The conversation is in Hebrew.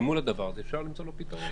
אפשר למצוא לזה פתרון.